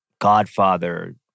Godfather